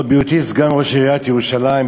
עוד בהיותי סגן ראש עיריית ירושלים,